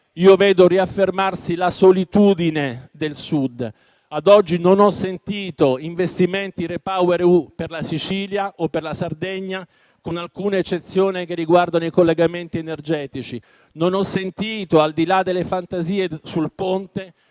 vedo riaffermarsi la solitudine del Sud. Ad oggi non ho sentito parlare di investimenti, RePowerEU per la Sicilia o per la Sardegna, con alcune eccezioni che riguardano i collegamenti energetici. Non ho sentito, al di là delle fantasie sul Ponte,